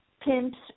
Pimps